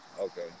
Okay